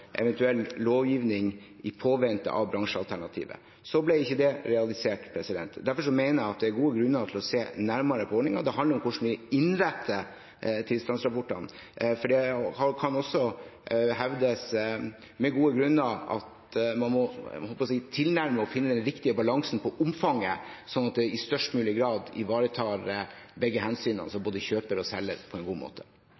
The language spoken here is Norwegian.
eventuell lovgivning, i påvente av bransjealternativet. Så ble ikke det realisert. Derfor mener jeg at det er gode grunner for å se nærmere på ordningen. Det handler om hvordan vi innretter tilstandsrapportene, for det kan også hevdes med god grunn at man må tilnærme og finne den riktige balansen på omfanget, slik at det i størst mulig grad ivaretar begge hensynene, altså både kjøper og selger, på en god måte. Replikkordskiftet er dermed omme. De talere som